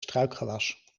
struikgewas